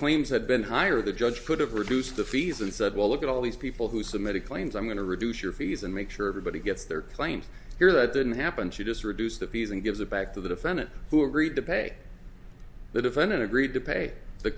claims had been higher the judge could have reduced the fees and said well look at all these people who submitted claims i'm going to reduce your fees and make sure everybody gets their claims here that didn't happen she just reduced the fees and gives it back to the defendant who agreed to pay the defendant agreed to pay the